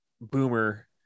boomer